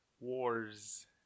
Wars